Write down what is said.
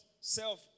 self